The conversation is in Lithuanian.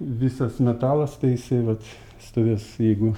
visas metalas tai jisai vat stovės jeigu